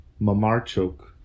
Mamarchuk